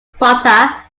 sutter